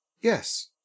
Yes